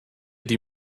die